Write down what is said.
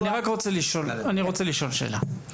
אני רק רוצה לשאול, אני רוצה לשאול שאלה.